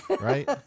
right